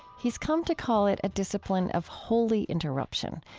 he's come to call it a discipline of holy interruption,